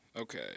Okay